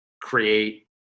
create